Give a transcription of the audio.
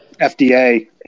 FDA